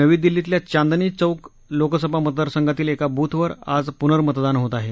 नवी दिल्लीतल्या चांदनी चौक लोकसभा मतदारसंघांतील एका बूथवर अज पुर्नमतदान होत आहेत